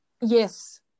yes